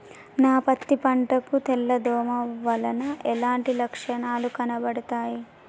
నా పత్తి పంట కు తెల్ల దోమ వలన ఎలాంటి లక్షణాలు కనబడుతాయి?